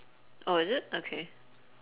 oh is it okay